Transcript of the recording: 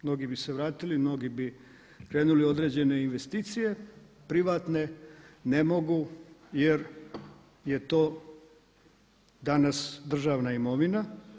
Mnogi bi se vratili, mnogi bi krenuli u određene investicije privatne, ne mogu jer je to danas državna imovina.